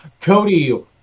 Cody